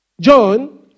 john